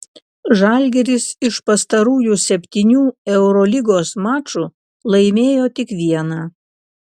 žalgiris iš pastarųjų septynių eurolygos mačų laimėjo tik vieną